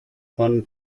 von